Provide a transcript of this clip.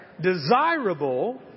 Desirable